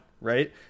right